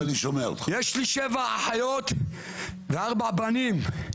יש לי שבע אחיות וארבעה בנים,